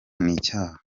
nicyaha